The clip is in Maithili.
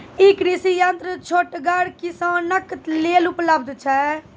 ई कृषि यंत्र छोटगर किसानक लेल उपलव्ध छै?